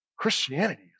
Christianity